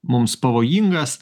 mums pavojingas